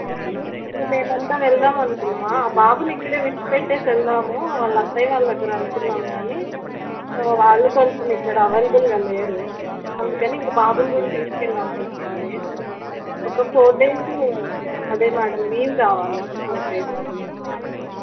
మేము అంతా వెళ్దాం అనుకున్నామా బాబుని ఇక్కడ విడిచిపెట్టేసి వెళ్దాము వాళ్ళ అత్తయ్య వాళ్ళ దగ్గర అనుకున్నాం కానీ వాళ్ళు కొంచం ఇక్కడ అవైలబుల్గా లేరు అందుకని ఇంక బాబుని కూడా తీసుకు వెళ్ళాల్సి వస్తుంది ఒక ఫోర్ డేసు అదే మ్యాడమ్ లీవ్ కావాలి ఒక ఫోర్ డేసు